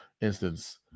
instance